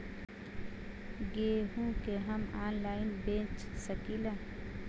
गेहूँ के हम ऑनलाइन बेंच सकी ला?